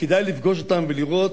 וכדאי לפגוש אותם ולראות,